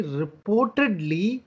reportedly